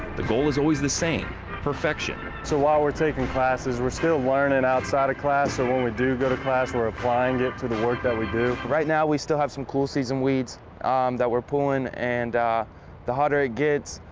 the goal is always the same perfection. so while we're taking classes, we're still learning outside of class. so ah when we do go to class, we're applying it to the work that we do. right now we still have some cool season weeds that we're pulling. and the hotter it gets,